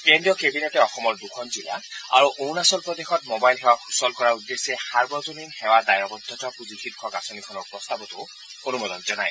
কেন্দ্ৰীয় কেবিনেটে অসমৰ দুখন জিলা আৰু অৰুণাচল প্ৰদেশত মোবাইল সেৱা সূচল কৰাৰ উদ্দেশ্যে সাৰ্বজনীন সেৱা দ্বায়বদ্ধতা পুঁজি শীৰ্ষক আঁচনিখনৰ প্ৰস্তাৱতো অনুমোদন জনায়